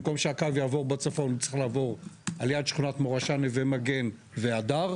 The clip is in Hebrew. במקום שהקו יעבור בצפון צריך לעבור על יד שכונת מורשה נווה מגן והדר.